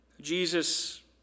Jesus